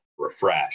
refresh